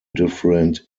different